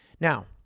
Now